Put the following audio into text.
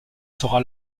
sera